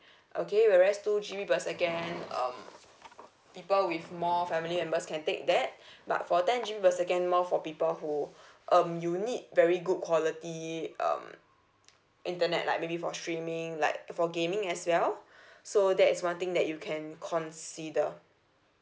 okay whereas two G_B per second um people with more family members can take that but for ten G_B per second more for people who um you need very good quality um internet like maybe for streaming like for gaming as well so that's one thing that you can consider